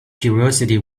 curiosity